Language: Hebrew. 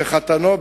חתנו,